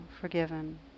forgiven